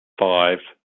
five